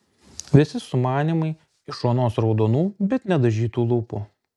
visi sumanymai iš onos raudonų bet nedažytų lūpų